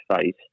face